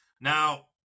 Now